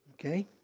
Okay